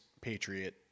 Patriot